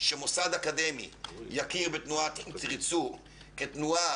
שמוסד אקדמי יכיר בתנועת "אם תרצו" כתנועה